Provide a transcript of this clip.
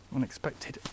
Unexpected